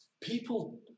people